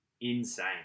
insane